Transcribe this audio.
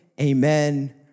amen